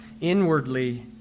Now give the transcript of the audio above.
inwardly